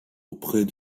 auprès